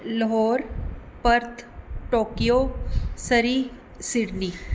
Lahore Perth Tokyo Surrey Sydney